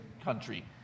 country